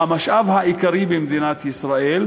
שהוא המשאב העיקרי במדינת ישראל,